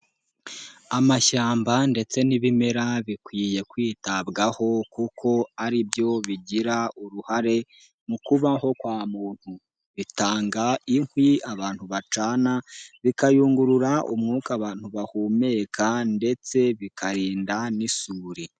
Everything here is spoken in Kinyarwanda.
Amashyamba ndetse n'ibimera bikwiye kwitabwaho kuko ari byo bigira uruhare mu kubaho kwa muntu, bitanga inkwi abantu bacana bikayungurura umwuka abantu bahumeka ndetse bikarinda n'isuri.